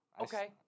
Okay